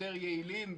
יותר יעילים,